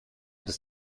bis